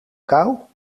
kou